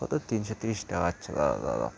কত তিনশো তিরিশ টাকা আচ্ছা দাঁড়াও দাঁড়াও